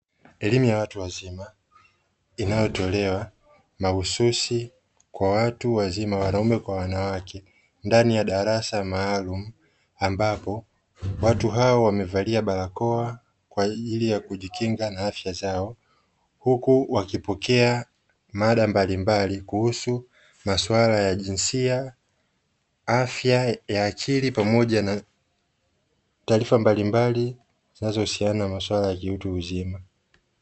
Elimu ya watu wazima nayotolewa mahususi kwa watu wazima wanaume kwa wanawake ndani ya darasa maalumu, ambapo watu hao wamevalia barakoa kwa ajili ya kujikinga na afya zao, huku wakipokea mada mbalimbali kuhusu masuala ya jinsia, afya ya akili pamoja na taarifa mbalimbali zinazohusiana na masuala ya kiutu uzima.